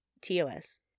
TOS